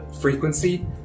frequency